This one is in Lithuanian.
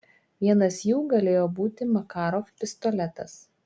vienas jų galėjo būti makarov pistoletas